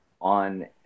on